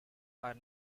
are